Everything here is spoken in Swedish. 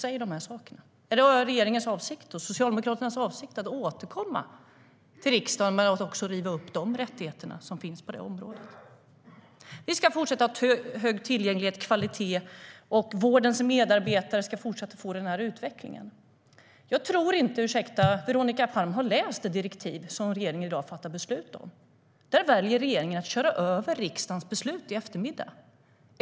Är det regeringens och Socialdemokraternas avsikt att återkomma till riksdagen och också riva upp de rättigheter som finns på det området? Vi ska fortsätta att ha god tillgänglighet och kvalitet, och vårdens medarbetare ska fortsatt få den här utvecklingen. Jag tror faktiskt inte att Veronica Palm har läst det direktiv som regeringen i dag fattar beslut om. Där väljer regeringen att köra över det som blir riksdagens beslut i eftermiddag.